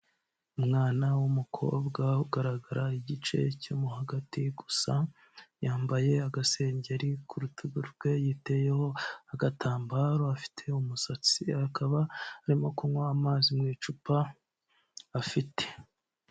Umwana w'umukobwa ugaragara igice cyo mo hagati gusa, yambaye agasengeri, ku rutugu rwe yiteyeho agatambaro, afite umusatsi, akaba arimo kunywa amazi mu icupa afite.